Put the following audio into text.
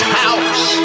house